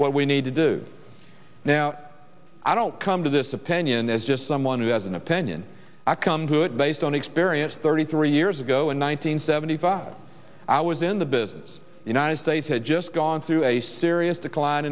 what we need to do now i don't come to this opinion as just someone who has an opinion i come to it based on experience thirty three years ago in one nine hundred seventy five i was in the business united states had just gone through a serious decline